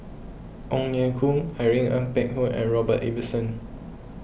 Ong Ye Kung Irene Ng Phek Hoong and Robert Ibbetson